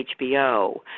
HBO